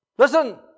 Listen